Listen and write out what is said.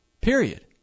Period